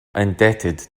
indebted